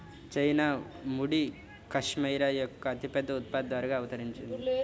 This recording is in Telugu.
చైనా ముడి కష్మెరె యొక్క అతిపెద్ద ఉత్పత్తిదారుగా అవతరించింది